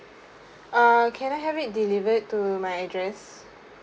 uh can I have it delivered to my address